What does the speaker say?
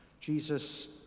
Jesus